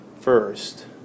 first